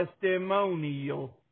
testimonial